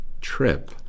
trip